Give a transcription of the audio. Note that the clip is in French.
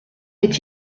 est